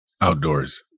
Outdoors